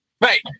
Right